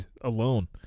alone